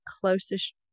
closest